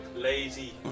Lazy